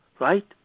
Right